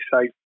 safe